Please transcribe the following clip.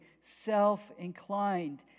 self-inclined